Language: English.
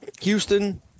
Houston